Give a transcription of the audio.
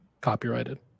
copyrighted